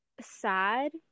sad